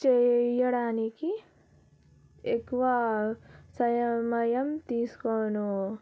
చేయడానికి ఎక్కువ సమయం తీసుకోను